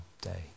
day